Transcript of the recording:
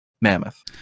mammoth